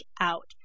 out